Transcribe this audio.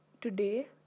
today